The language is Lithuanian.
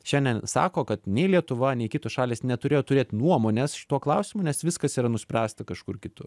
šiandien sako kad nei lietuva nei kitos šalys neturėjo turėt nuomonės šituo klausimu nes viskas yra nuspręsta kažkur kitur